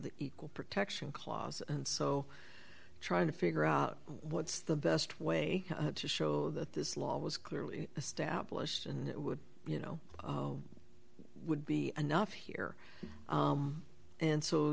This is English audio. the equal protection clause and so trying to figure out what's the best way to show that this law was clearly established and it would you know would be enough here and so